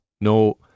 no